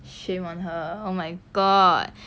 shame on her oh my god